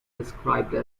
described